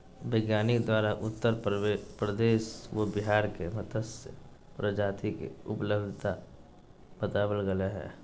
वैज्ञानिक द्वारा उत्तर प्रदेश व बिहार में मत्स्य प्रजाति के उपलब्धता बताबल गले हें